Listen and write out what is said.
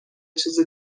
چیز